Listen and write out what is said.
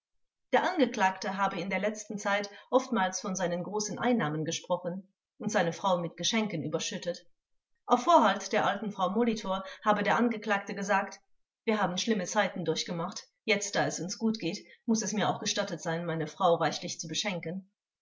der angeklagte habe in der letzten zeit oftmals von seinen großen einnahmen gesprochen und seine frau mit geschenken überschüttet auf vorhalt der alten frau molitor habe der angeklagte gesagt wir haben schlimme zeiten durchgemacht jetzt da es uns gut geht muß es mir auch gestattet sein meine frau reichlich zu beschenken